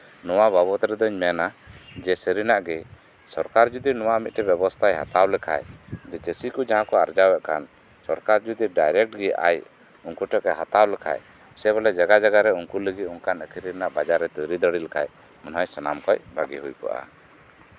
ᱱᱚᱣᱟ ᱵᱟᱵᱚᱫ ᱨᱮᱫᱚᱧ ᱞᱟᱹᱭᱟ ᱡᱮ ᱥᱟᱹᱨᱤᱱᱟᱜ ᱜᱮ ᱥᱚᱨᱠᱟᱨ ᱡᱚᱫᱤ ᱱᱚᱣᱟ ᱵᱮᱵᱚᱥᱛᱷᱟᱭ ᱦᱟᱛᱟᱣ ᱞᱮᱠᱷᱟᱱ ᱪᱟᱹᱥᱤ ᱠᱚ ᱡᱟᱦᱟᱸ ᱠᱚ ᱟᱨᱡᱟᱣᱮᱜ ᱠᱟᱱ ᱥᱚᱨᱠᱟᱨ ᱡᱚᱫᱤ ᱰᱟᱭᱨᱮᱠᱴ ᱜᱮ ᱟᱡ ᱩᱱᱠᱩ ᱴᱷᱮᱜ ᱜᱮ ᱦᱟᱛᱟᱣ ᱞᱮᱠᱷᱟᱡ ᱥᱮ ᱡᱟᱭᱜᱟ ᱡᱟᱭᱜᱟᱨᱮ ᱩᱱᱠᱩ ᱞᱟᱹᱜᱤᱫ ᱵᱟᱡᱟᱨ ᱮ ᱛᱳᱭᱨᱤ ᱫᱟᱲᱮ ᱞᱮᱠᱷᱟᱡ ᱥᱟᱱᱟᱢ ᱠᱷᱚᱱ ᱵᱷᱟᱹᱜᱤ ᱦᱩᱭ ᱠᱚᱜᱼᱟ